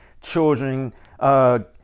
children